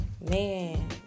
man